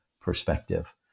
perspective